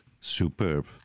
superb